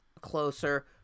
Closer